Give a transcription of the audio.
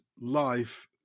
life